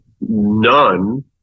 none